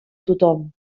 tothom